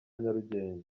nyarugenge